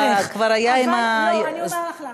כבר היה עם, לא, אני אומַר לך למה.